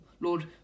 Lord